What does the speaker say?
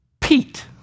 Pete